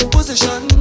Position